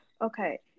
Okay